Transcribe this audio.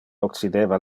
occideva